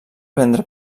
prendre